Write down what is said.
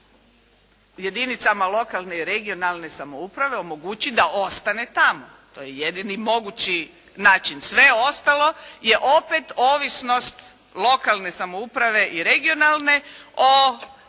jedinicama lokalne i regionalne samouprave omogući da ostane tamo. To je jedini mogući način. Sve ostalo je opet ovisnost lokalne samouprave i regionalne o